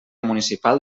municipal